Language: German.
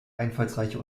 einfallsreiche